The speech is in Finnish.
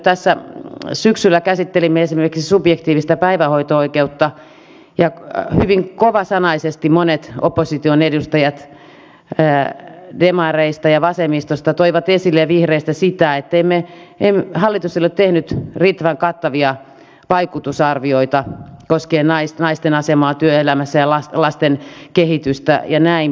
tässä syksyllä käsittelimme esimerkiksi subjektiivista päivähoito oikeutta ja hyvin kovasanaisesti monet opposition edustajat demareista vasemmistosta ja vihreistä toivat esille sitä että hallitus ei ole tehnyt riittävän kattavia vaikutusarvioita koskien naisten asemaa työelämässä ja lasten kehitystä ja näin poispäin